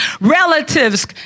relatives